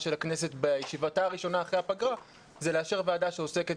של הוועדה בישיבתה הראשונה אחרי הפגרה זה לאשר ועדה שעוסקת